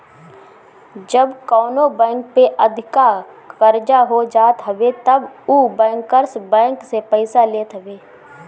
जब कवनो बैंक पे अधिका कर्जा हो जात हवे तब उ बैंकर्स बैंक से पईसा लेत हवे